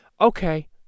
Okay